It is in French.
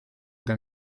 d’un